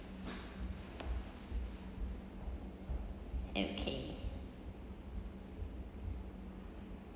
okay